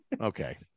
Okay